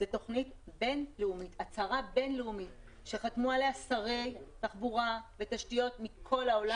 זו הצהרה בין-לאומית שחתמו עליה שרי תחבורה ותשתיות מכול העולם.